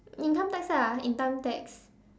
income tax lah income tax